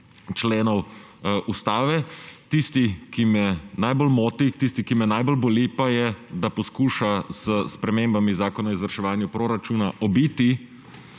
členov ustave. Tisti, ki me najbolj moti, tisti, ki me najbolj boli, pa je, da poskuša s spremembami zakona o izvrševanju proračunov obiti